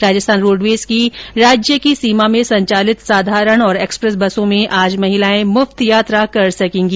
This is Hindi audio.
राजस्थान रोड़वेज की राज्य की सीमा में संचालित साधारण और एक्सप्रेस बसों में आज महिलाएं मुफ्त यात्रा कर सकेगी